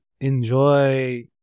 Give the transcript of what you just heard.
enjoy